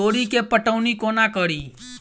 तोरी केँ पटौनी कोना कड़ी?